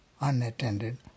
unattended